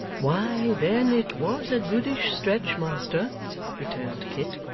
why, then, it was a goodish stretch, master returned kit.